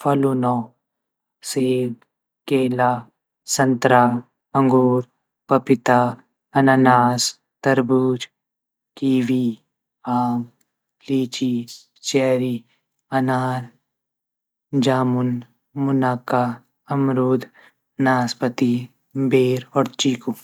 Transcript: फलूँ नौ सेब केला, संतरा, अंगूर, पपीता, अननास, तरबूज़, कीवी, आम, लीची, चेरी, अनार, जामुन, मुनक्का, अमरूद, नास्पति, बेर और चिक्कू।